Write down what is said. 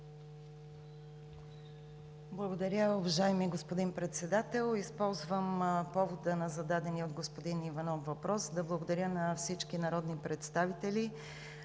Благодаря, уважаеми господин Председател. Използвам повода на зададения от господин Иванов въпрос да благодаря на всички народни представители